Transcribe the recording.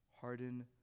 harden